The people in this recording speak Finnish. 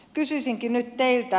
kysyisinkin nyt teiltä